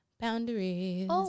Boundaries